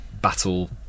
battle